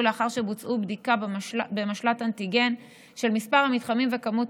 לאחר שבוצעה בדיקה במשל"ט אנטיגן של מספר המתחמים ומספר